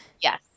Yes